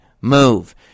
move